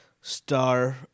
star